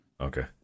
Okay